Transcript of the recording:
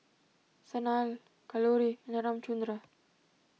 Sanal Kalluri and Ramchundra